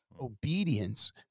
obedience